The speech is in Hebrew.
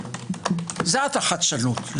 זה החדשנות.